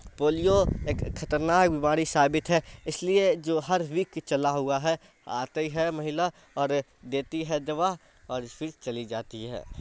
polio ایک خطرناک بیماری ثابت ہے اس لیے جو ہر ویک چلا ہوا ہے آتی ہے مہیلا اور دیتی ہے دوا اور پھر چلی جاتی ہے